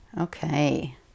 Okay